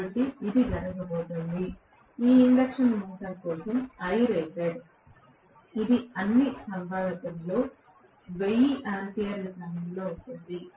కాబట్టి ఇది జరగబోతోంది ఈ ఇండక్షన్ మోటారు కోసం Irated ఇది అన్ని సంభావ్యతలలో 1000 ఆంపియర్ల క్రమంలో ఉంటుంది